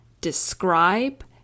describe